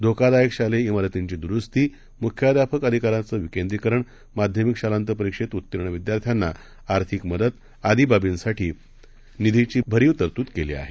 धोकादायकशालेय मारतींचीदुरुस्ती मुख्याध्यापकअधिकाराचंविकेंद्रीकरण माध्यमिकशालान्तपरीक्षेतउत्तीर्णविद्यार्थ्यांनाआर्थिकमदत आदीबाबींसाठीनिधीचीभरीवतरतूदकेलीआहे